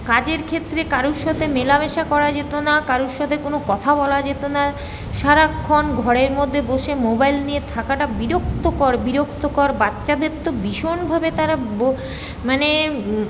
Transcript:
কাজের ক্ষেত্রে কারোর সাথে মেলামেশা করা যেত না কারোর সাথে কোনো কথা বলা যেত না সারাক্ষন ঘরের মধ্যে বসে মোবাইল নিয়ে থাকাটা বিরক্তকর বিরক্তকর বাচ্চাদের তো ভীষণভাবে তারা মানে